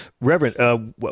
Reverend